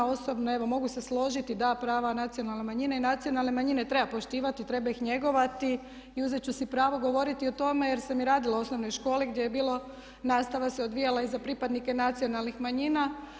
Osobno evo mogu se složiti, da, prava nacionalnih manjina i nacionalne manjine treba poštivati i treba ih njegovati i uzet ću si pravo govoriti o tome jer sam i radila u osnovnoj školi gdje se nastava odvijala i za pripadnike nacionalnih manjina.